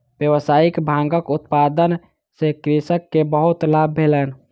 व्यावसायिक भांगक उत्पादन सॅ कृषक के बहुत लाभ भेलैन